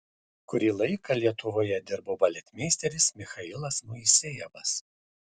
kurį laiką lietuvoje dirbo baletmeisteris michailas moisejevas